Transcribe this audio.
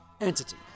entity